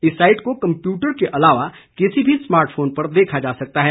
इस साईट को कम्पयूटर के अलावा किसी भी स्मार्ट फोन पर देखा जा सकता है